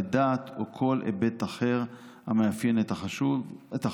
לדת או לכל היבט אחר המאפיין את החשוד.